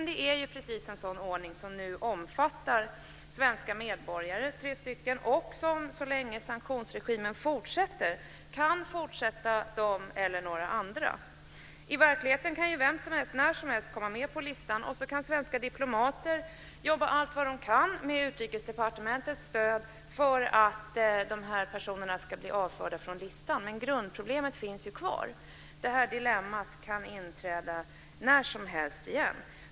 Det är precis en sådan ordning som nu omfattar tre svenska medborgare. Så länge sanktionsregimen fortsätter kan det fortsatt gälla dem eller några andra. I verkligheten kan vem som helst när som helst komma med på listan. Svenska diplomater kan jobba allt vad de kan med Utrikesdepartementets stöd för att dessa personer ska bli avförda från listan. Men grundproblemet finns kvar. Dilemmat kan inträda när som helst igen.